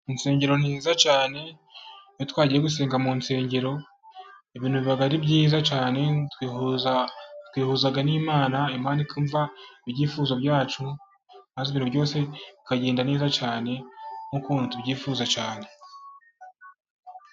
Insengero ni nziza cyane, iyo twagiye gusengera mu nsengero ibintu biba ari byiza cyane. Twihuza n'Imana imana ikumva ibyifuzo byacu, maze ibintu byose bikagenda neza cyane, nk'uko tubyifuza cyane.